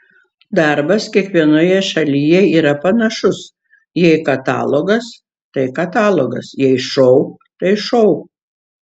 darbas kiekvienoje šalyje yra panašus jei katalogas tai katalogas jei šou tai šou